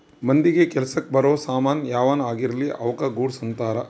ಮಂದಿಗ ಕೆಲಸಕ್ ಬರೋ ಸಾಮನ್ ಯಾವನ ಆಗಿರ್ಲಿ ಅವುಕ ಗೂಡ್ಸ್ ಅಂತಾರ